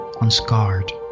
unscarred